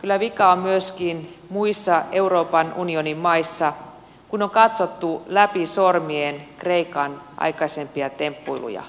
kyllä vika on myöskin muissa euroopan unionin maissa kun on katsottu läpi sormien kreikan aikaisempia temppuiluja